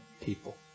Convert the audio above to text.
people